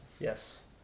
Yes